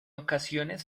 ocasiones